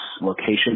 location